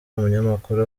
umunyamakuru